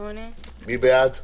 הסתייגות מס' 4. מי בעד ההסתייגות?